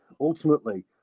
ultimately